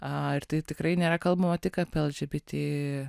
ir tai tikrai nėra kalbama tik apie lgbt